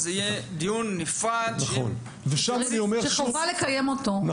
זה יהיה דיון נפרד --- וחובה לקיים אותו,